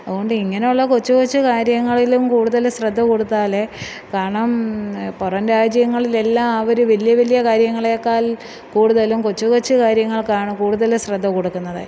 അതുകൊണ്ട് ഇങ്ങനെയുള്ള കൊച്ചു കൊച്ചു കാര്യങ്ങളിലും കൂടുതല് ശ്രദ്ധ കൊടുത്താലേ കാരണം പുറം രാജ്യങ്ങളിലെല്ലാം അവര് വലിയ വലിയ കാര്യങ്ങളേക്കാള് കൂടുതലും കൊച്ചുകൊച്ചു കാര്യങ്ങൾക്കാണ് കൂടുതല് ശ്രദ്ധ കൊടുക്കുന്നതേ